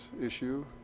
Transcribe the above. issue